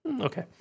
Okay